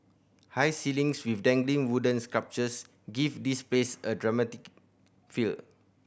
high ceilings with dangling wooden sculptures give this place a dramatic feel